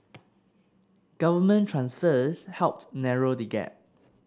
government transfers helped narrow the gap